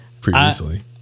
previously